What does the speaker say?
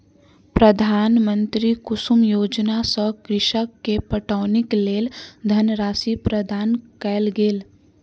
प्रधानमंत्री कुसुम योजना सॅ कृषक के पटौनीक लेल धनराशि प्रदान कयल गेल